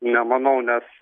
nemanau nes